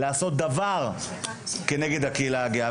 לעשות דבר כנגד הקהילה הגאה.